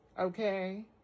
Okay